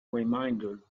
reminder